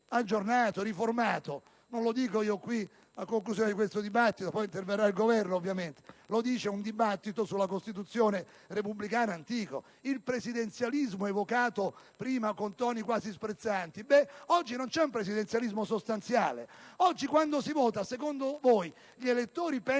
aggiornato e riformato non lo dico io qui, a conclusione di questo dibattito (poi interverrà il Governo ovviamente), ma lo dice un dibattito antico sulla Costituzione repubblicana. Circa il presidenzialismo, evocato prima con toni quasi sprezzanti, vi domando: oggi non c'è un presidenzialismo sostanziale? Secondo voi, gli elettori, trovando